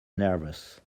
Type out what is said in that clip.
nervous